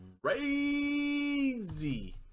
crazy